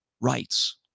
rights